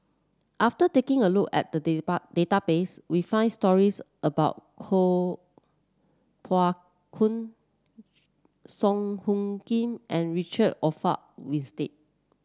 after taking a look at the database we found stories about Kuo Pao Kun Song Hoot Kiam and Richard Olaf Winstedt